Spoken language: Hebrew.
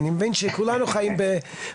אני מבין שכולנו חיים במגבלות,